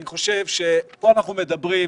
אני חושב שפה אנחנו מדברים,